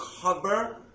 cover